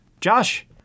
Josh